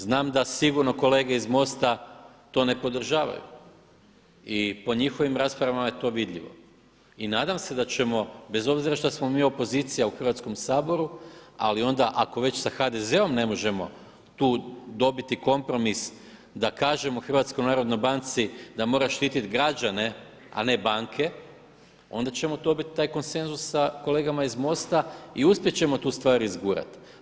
Znam da sigurno kolege iz MOST-a tone podržavaju i po njihovim raspravama je to vidljivo i nadam se da ćemo bez obzira što smo mi opozicija u Hrvatskom saboru, ali onda ako već sa HDZ-om ne možemo tu dobiti kompromis da kažemo HNB-u da mora štiti građane, a ne banke onda ćemo dobiti taj konsenzus sa kolegama iz MOST-a i uspjet ćemo tu stvar izgurat.